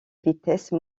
vitesse